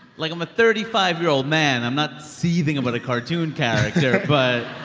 like, i'm a thirty five year old man. i'm not seething about a cartoon character. but.